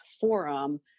forum